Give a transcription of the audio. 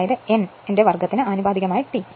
അതായത് എൻ ന്റെ വർ ഗ്ഗത്തിന് ആനുപാതികമായ T